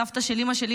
סבתא של אימא שלי,